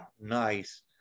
nice